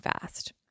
fast